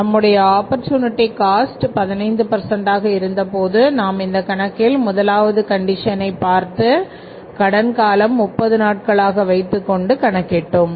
நம்முடைய opportunity cost 15 ஆக இருந்த போது நாம் இந்த கணக்கில் முதலாவது கண்டிஷனை பார்த்து கடன் காலம் 30 நாட்களாக வைத்துக்கொண்டு கணக்கிட்டோம்